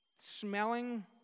smelling